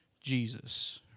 Jesus